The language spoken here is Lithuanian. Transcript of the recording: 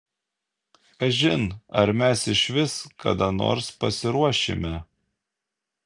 kažin ar mes išvis kada nors pasiruošime